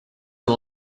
and